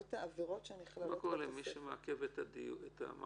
מה קורה למי שמעכב את הדיון?